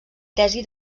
tesi